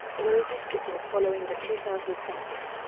in redistricting following the two thousand census,